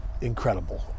incredible